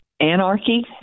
anarchy